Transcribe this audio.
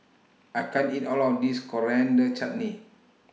I can't eat All of This Coriander Chutney